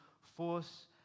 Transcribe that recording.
force